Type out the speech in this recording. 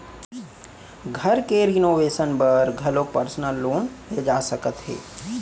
घर के रिनोवेसन बर घलोक परसनल लोन ले जा सकत हे